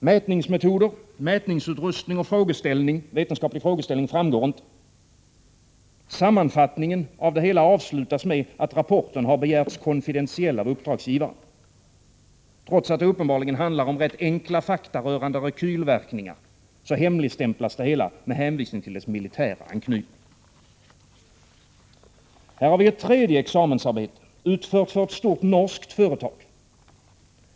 Mätningsmetoder, mätningsutrustning och vetenskaplig frågeställning framgår inte. Sammanfattningen avslutas med att rapporten har begärts konfidentiell av uppdragsgivaren. Trots att det uppenbarligen handlar om rätt enkla fakta rörande rekylverkningar hemligstämplas det hela med hänvisning till dess militära anknytning. Här är ett tredje examensarbete, utfört för ett stort norskt företag.